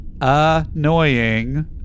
Annoying